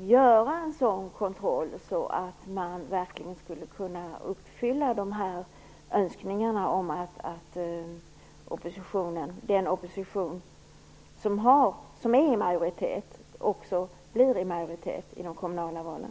göra en sådan kontroll så att man kan uppfylla önskningarna om att den opposition som är i majoritet också blir i majoritet i de kommunala valen.